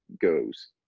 goes